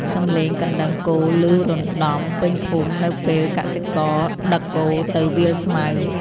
សំឡេងកណ្ដឹងគោឮរណ្តំពេញភូមិនៅពេលកសិករដឹកគោទៅវាលស្មៅ។